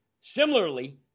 similarly